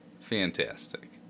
fantastic